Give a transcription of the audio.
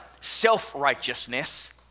self-righteousness